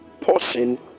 portion